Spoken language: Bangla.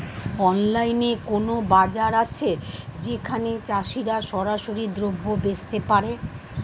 অনলাইনে কোনো বাজার আছে যেখানে চাষিরা সরাসরি দ্রব্য বেচতে পারে?